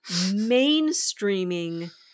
mainstreaming